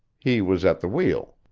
he was at the wheel.